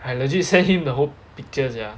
I legit send him the whole picture sia